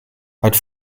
hat